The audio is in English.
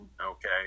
Okay